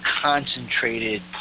concentrated